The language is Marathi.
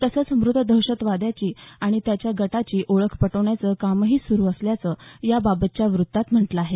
तसंच मृत दहशतवाद्याची आणि त्याच्या गटाची ओळख पटवण्याचं कामही सुरू असल्याचं याबाबतच्या वृत्तात म्हटलं आहे